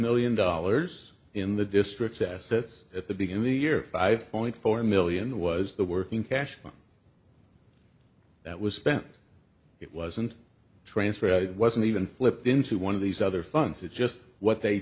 million dollars in the district assets at the beginning the year five point four million was the working cash that was spent it wasn't transfer it wasn't even flipped into one of these other funds it's just what they